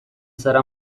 zara